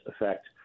effect